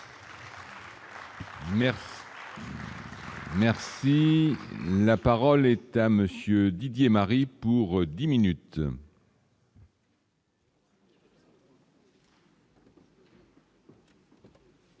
Merci, la parole est à monsieur Didier Marie pour 10 minutes.